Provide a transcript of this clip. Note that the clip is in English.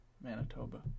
Manitoba